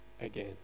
again